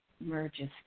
merges